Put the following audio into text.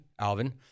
Alvin